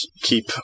keep